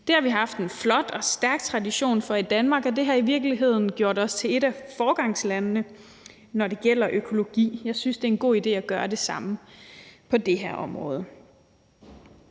Det har vi haft en flot og stærk tradition for i Danmark, og det har i virkeligheden gjort os til et af foregangslandene, når det gælder økologi. Jeg synes, det er en god idé at gøre det samme på det her område.